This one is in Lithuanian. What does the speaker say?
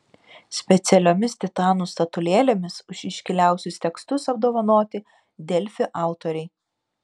specialiomis titanų statulėlėmis už iškiliausius tekstus apdovanoti delfi autoriai